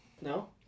No